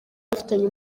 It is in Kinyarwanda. bafitanye